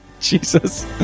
Jesus